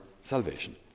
salvation